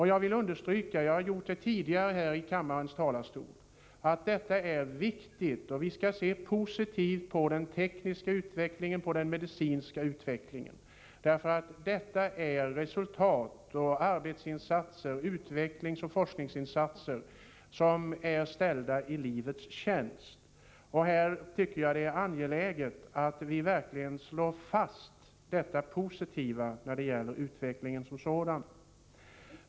Jag vill understryka, liksom jag har gjort tidigare här i kammarens talarstol, att detta är viktigt och att vi skall se positivt på den tekniska och medicinska utvecklingen. Det är fråga om resultat av utvecklingsoch forskningsinsatser som är ställda i livets tjänst. Jag tycker alltså att det är angeläget att vi verkligen konstaterar det positiva när det gäller utvecklingen som sådan.